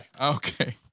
okay